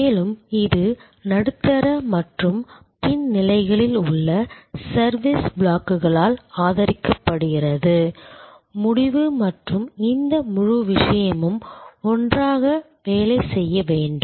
மேலும் இது நடுத்தர மற்றும் பின் நிலைகளில் உள்ள சர்வீஸ் பிளாக்குகளால் ஆதரிக்கப்படுகிறது முடிவு மற்றும் இந்த முழு விஷயமும் ஒன்றாக வேலை செய்ய வேண்டும்